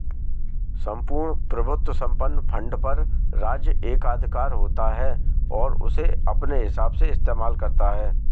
सम्पूर्ण प्रभुत्व संपन्न फंड पर राज्य एकाधिकार होता है और उसे अपने हिसाब से इस्तेमाल करता है